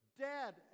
dead